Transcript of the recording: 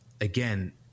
again